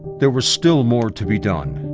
there was still more to be done.